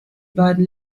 beiden